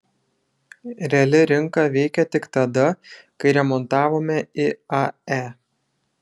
reali rinka veikė tik tada kai remontavome iae